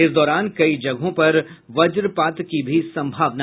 इस दौरान कई जगहों पर वज्रपात की भी संभावना है